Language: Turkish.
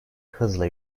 hızla